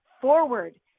forward